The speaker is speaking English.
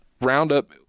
Roundup